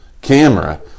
camera